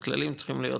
הכללים צריכים להיות